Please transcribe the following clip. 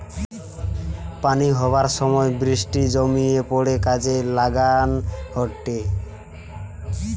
পানি হবার সময় বৃষ্টি জমিয়ে পড়ে কাজে লাগান হয়টে